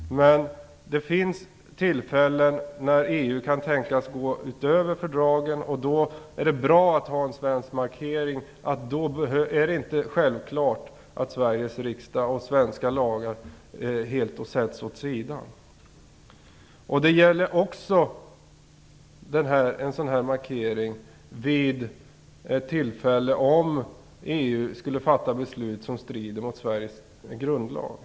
Men det finns tillfällen då EU kan tänkas gå utöver fördragen, och då är det bra att ha en svensk markering om att det inte är självklart att Sveriges riksdag och svenska lagar helt sätts åt sidan. En sådan här markering gäller också om EU skulle fatta beslut som strider mot Sveriges grundlag.